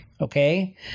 Okay